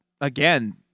Again